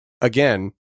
again